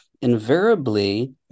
invariably